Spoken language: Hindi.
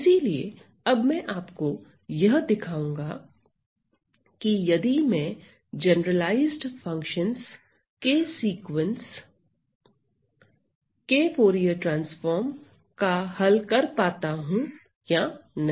इसीलिए अब मैं आपको यह दिखाऊंगा कि यदि मैं जनरलाइज्ड फंक्शनस के सीक्वेंस फूरिये ट्रांसफार्म हल कर पाता हूं या नहीं